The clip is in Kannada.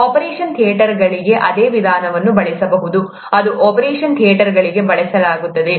ಆಪರೇಷನ್ ಥಿಯೇಟರ್ಗಳಿಗೆ ಇದೇ ವಿಧಾನವನ್ನು ಬಳಸಬಹುದು ಇದನ್ನು ಆಪರೇಷನ್ ಥಿಯೇಟರ್ಗಳಿಗೆ ಬಳಸಲಾಗುತ್ತದೆ